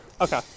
Okay